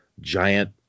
giant